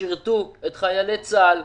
שירתו את חיילי צבא הגנה לישראל.